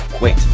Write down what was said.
Wait